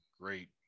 great